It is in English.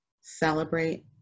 celebrate